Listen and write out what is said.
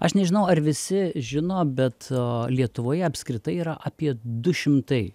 aš nežinau ar visi žino bet lietuvoje apskritai yra apie du šimtai